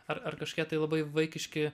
ar ar kažkokie tai labai vaikiški